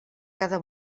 cada